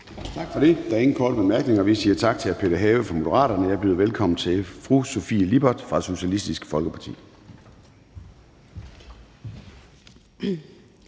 Tak for det. Der er ingen korte bemærkninger. Vi siger tak til hr. Peter Have fra Moderaterne, og jeg byder velkommen til fru Sofie Lippert fra Socialistisk Folkeparti.